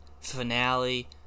finale